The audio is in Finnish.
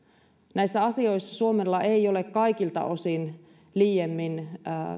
näissä asioissa suomella ei ole kaikilta osin liiemmin